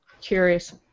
curious